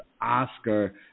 Oscar